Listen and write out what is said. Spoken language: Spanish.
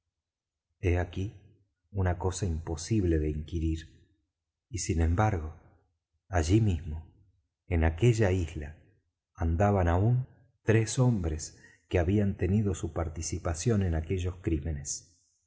he aquí una cosa imposible de inquirir y sin embargo allí mismo en aquella isla andaban aún tres hombres que habían tenido su participación en aquellos crímenes